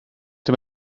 lle